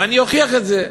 ואני אוכיח את זה.